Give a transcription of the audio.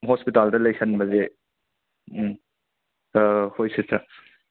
ꯍꯣꯁꯄꯤꯇꯥꯜꯗ ꯂꯩꯁꯤꯟꯕꯁꯦ ꯎꯝ ꯍꯣꯏ ꯁꯤꯁꯇꯔ